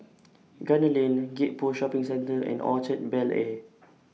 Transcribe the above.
Gunner Lane Gek Poh Shopping Centre and Orchard Bel Air